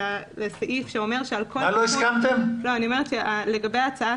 לסעיף שאומר שלגבי כל תיקון